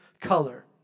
color